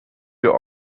wir